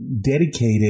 dedicated